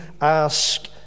ask